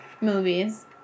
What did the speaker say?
Movies